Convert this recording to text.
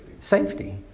Safety